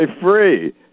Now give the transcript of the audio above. free